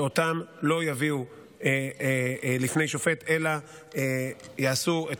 שאותם לא יביאו לפני שופט אלא יעשו את